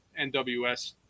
NWS